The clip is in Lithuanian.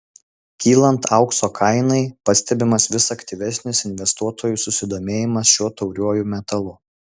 kylant aukso kainai pastebimas vis aktyvesnis investuotojų susidomėjimas šiuo tauriuoju metalu